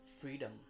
freedom